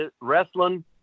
Wrestling